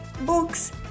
books